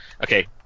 Okay